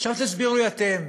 עכשיו תסבירו לי אתם,